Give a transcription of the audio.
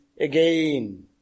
again